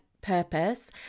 purpose